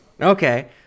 okay